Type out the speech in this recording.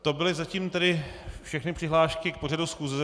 To byly zatím všechny přihlášky k pořadu schůze.